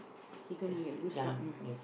he gonna get bruise up uh